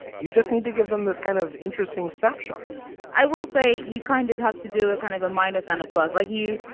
you just need to give them this kind of interesting snapshot i will say you kind of have to do a kind of a minus on a plus like you.